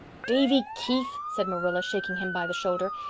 davy keith, said marilla, shaking him by the shoulder,